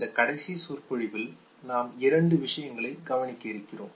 இந்த கடைசி சொற்பொழிவில் நாம் இரண்டு விஷயங்களை கவனிக்க இருக்கிறோம்